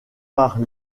par